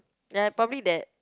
ya probably that